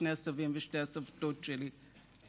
שני הסבים ושתי הסבתות שלי?